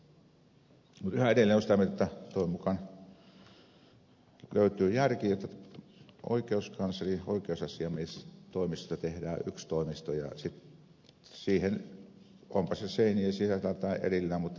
mutta yhä edelleen olen sitä mieltä että toivon mukaan löytyy järki jotta oikeuskanslerin virastosta ja oikeusasiamiehen kansliasta tehdään yksi toimisto ja siihen onpa se seinien sisällä tai erillään tämä ihmisoikeuskeskus